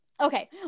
okay